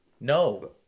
No